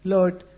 Lord